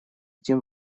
тем